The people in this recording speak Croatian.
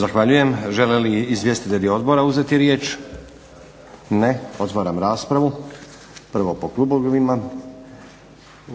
Zahvaljujem. Žele li izvjestitelji odbora uzeti riječ? Ne. Otvaram raspravu. Prvo po klubovima.